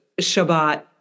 Shabbat